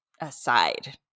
aside